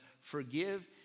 Forgive